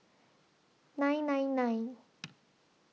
nine nine nine